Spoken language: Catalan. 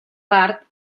part